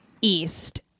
East